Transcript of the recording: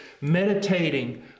meditating